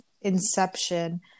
inception